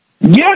Yes